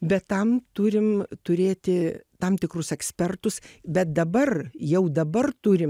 bet tam turim turėti tam tikrus ekspertus bet dabar jau dabar turim